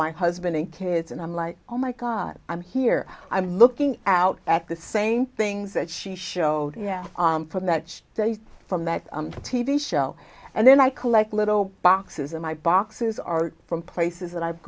my husband and kids and i'm like oh my god i'm here i'm looking out at the same things that she showed yeah from that day from that t v show and then i collect little boxes of my boxes are from places that i've